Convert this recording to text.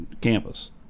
campus